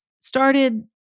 started